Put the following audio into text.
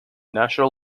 national